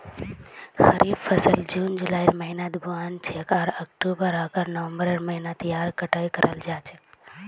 खरीफ फसल जून जुलाइर महीनात बु न छेक आर अक्टूबर आकर नवंबरेर महीनात यहार कटाई कराल जा छेक